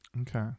okay